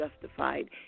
justified